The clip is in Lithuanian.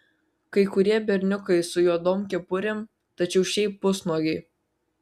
kai kurie berniukai su juodom kepurėm tačiau šiaip pusnuogiai